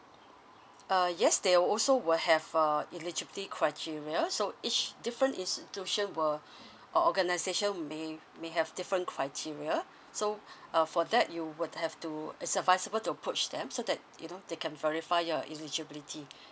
uh yes they will also will have uh eligibility criteria so each different institution will or organisation may may have different criteria so uh for that you would have to it's advisable to approach them so that you know they can verify your eligibility